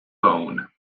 bone